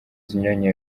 zinyuranye